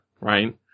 right